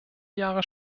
jahre